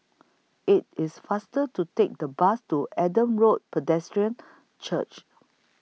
IT IS faster to Take The Bus to Adam Road Pedestrian Church